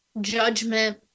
judgment